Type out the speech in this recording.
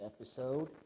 episode